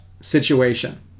situation